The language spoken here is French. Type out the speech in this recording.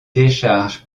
décharge